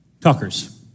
talkers